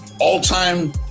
all-time